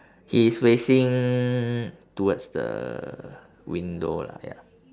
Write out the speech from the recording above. he is facing towards the window lah ya